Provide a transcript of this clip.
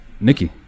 Nikki